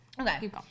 Okay